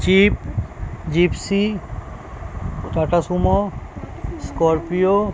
zip Gypsy Tata Sumo Scorpio